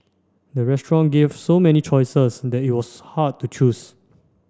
the restaurant gave so many choices that it was hard to choose